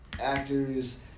actors